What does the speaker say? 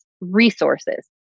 resources